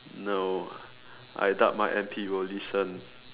no I doubt my M_P will listen